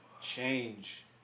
change